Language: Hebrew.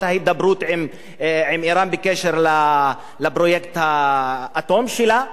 ההידברות עם אירן בקשר לפרויקט האטום שלה,